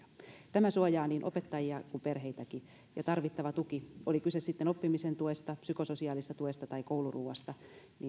tämä suojaa niin opettajia kuin perheitäkin ja tarvittava tuki oli kyse sitten oppimisen tuesta psykososiaalisesta tuesta tai kouluruoasta